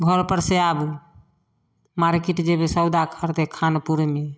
घर पर से आबू मार्किट जेबै सौदा खरीदे खानपुरमे